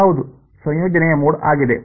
ಹೌದು ಸಂಯೋಜನೆಯ ಮೋಡ್ ಆಗಿದೆ